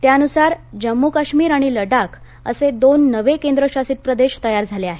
त्यानुसार जम्मू काश्मीर आणि लडाख असे दोन नवे केंद्रशासित प्रदेश तयार झाले आहेत